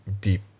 deep